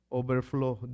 overflow